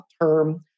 term